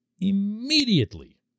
immediately